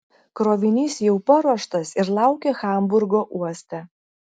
krovinys jau paruoštas ir laukia hamburgo uoste